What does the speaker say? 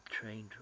trained